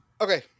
Okay